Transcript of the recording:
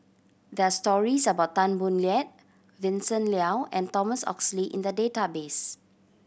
there are stories about Tan Boo Liat Vincent Leow and Thomas Oxley in the database